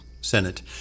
Senate